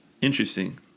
interesting